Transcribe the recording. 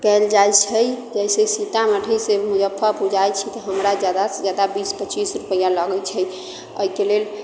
कयल जाइत छै जैसे सीतामढ़ीसँ मुजुफ्फरपुर जाइत छी तऽ हमरा ज्यादासँ ज्यादा बीस पचीस रुपैआ लगैत छै एहिके लेल